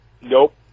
Nope